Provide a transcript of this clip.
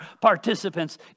participants